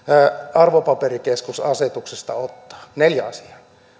arvopaperikeskusasetuksesta ottaa neljä asiaa